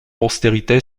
postérité